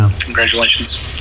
Congratulations